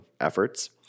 efforts